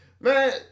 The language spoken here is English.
Man